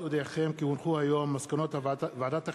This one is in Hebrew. מסקנות ועדת החינוך,